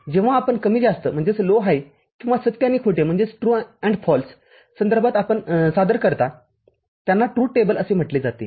जेव्हा आपण कमी जास्त किंवा सत्य आणि खोटे संदर्भात सादर करता त्यांना ट्रुथ टेबल म्हटले जाते